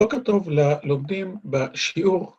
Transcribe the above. ‫בוקר טוב ללומדים בשיעור.